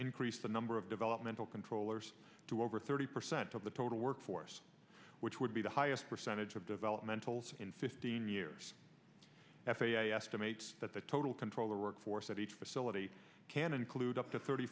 increase the number of developmental controllers to over thirty percent of the total workforce which would be the high percentage of developmental in fifteen years f a a estimates that the total controller workforce at each facility can include up to thirty